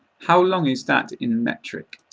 how long is that in metric?